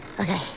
Okay